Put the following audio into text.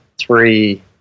three